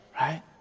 Right